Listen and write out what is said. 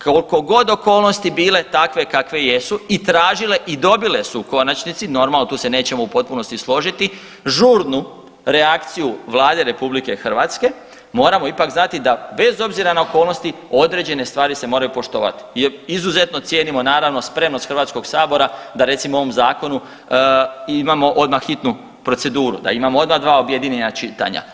Koliko god okolnosti bile takve kakve jesu i tražile i dobile su u konačnici, normalno tu se nećemo u potpunosti složiti, žurnu reakciju Vlade RH moramo ipak znati da bez obzira na okolnosti određene stvari se moraju poštovati jer izuzetno cijenimo naravno spremnost Hrvatskog sabora da recimo u ovom zakonu imamo odmah hitnu proceduru, da imamo odmah dva objedinjena čitanja.